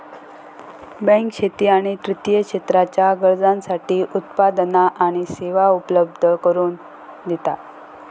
bank शेती आणि तृतीय क्षेत्राच्या गरजांसाठी उत्पादना आणि सेवा उपलब्ध करून दिता